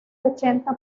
ochenta